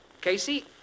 Casey